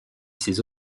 ces